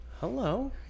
hello